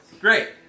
great